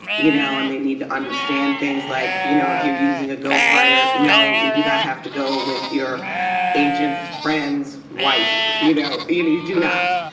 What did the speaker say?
you know, and they need to understand things like, you know, if you're using a ghostwriter. no, you do not have to go with your agent's friend's wife, you know. you know, you do not.